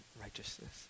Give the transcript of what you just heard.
righteousness